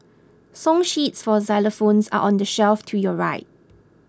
song sheets for xylophones are on the shelf to your right